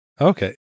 Okay